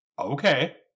Okay